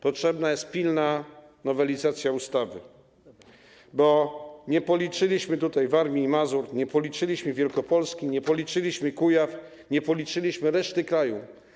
Potrzebna jest pilna nowelizacja ustawy, bo nie policzyliśmy tutaj Warmii i Mazur, nie policzyliśmy Wielkopolski, nie policzyliśmy Kujaw, nie policzyliśmy reszty kraju.